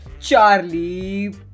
Charlie